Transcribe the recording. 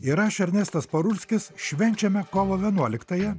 ir aš ernestas parulskis švenčiame kovo vienuoliktąją